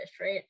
right